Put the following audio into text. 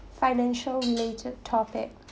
financial related topic